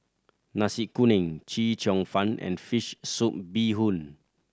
Nasi Kuning Chee Cheong Fun and fish soup bee hoon